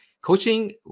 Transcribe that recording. Coaching